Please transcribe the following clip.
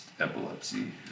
epilepsy